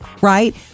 right